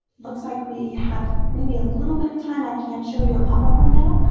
looks like we have maybe a little bit of time. i can show you a pop-up window.